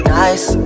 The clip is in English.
nice